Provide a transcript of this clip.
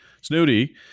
snooty